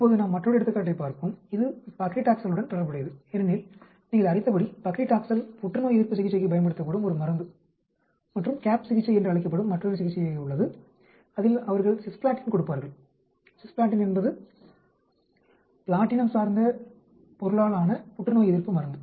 இப்போது நாம் மற்றொரு எடுத்துக்காட்டைப் பார்ப்போம் இது பக்லிடாக்செலுடன் தொடர்புடையது ஏனெனில் நீங்கள் அறிந்தபடி பக்லிடாக்செல் புற்றுநோய் எதிர்ப்பு சிகிச்சைக்கு பயன்படுத்தப்படும் ஒரு மருந்து மற்றும் CAP சிகிச்சை என்று அழைக்கப்படும் மற்றொரு வகை சிகிச்சை உள்ளது அதில் அவர்கள் சிஸ்ப்ளேட்டின் கொடுப்பார்கள் சிஸ்ப்ளேட்டின் என்பது பிளாட்டினம் சார்ந்த பொருளாலான புற்றுநோய் எதிர்ப்பு மருந்து